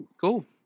Cool